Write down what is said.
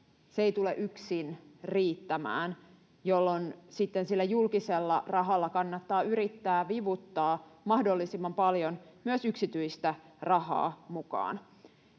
se ei tule yksin riittämään, jolloin sitten sillä julkisella rahalla kannattaa yrittää vivuttaa mahdollisimman paljon myös yksityistä rahaa mukaan.